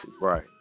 Right